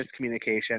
miscommunication